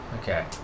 Okay